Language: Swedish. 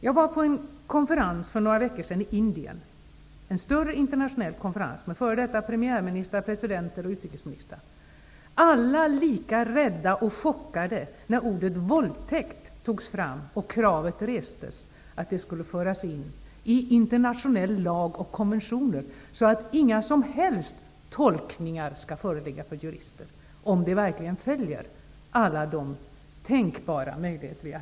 Jag var för några veckor sedan i Indien på en större internationell konferens med f.d. premiärministrar, presidenter och utrikesministrar. Alla var lika rädda och chockade när ordet våldtäkt togs fram och kravet restes att det skulle föras in i internationell lag och i konventioner, så att inget som helst tolkningsutrymme skulle kunna föreligga för jurister huruvida alla de möjligheter som vi har tänkt på verkligen är täckta.